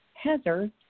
Heather